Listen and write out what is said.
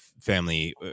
family